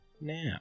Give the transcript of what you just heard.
now